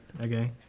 okay